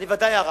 אני ודאי הרע,